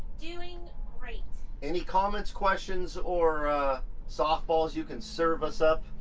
doing great! any comments, questions or softballs you can serve us up?